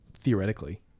theoretically